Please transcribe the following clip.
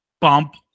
bump